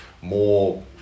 more